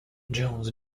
jones